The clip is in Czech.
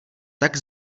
tak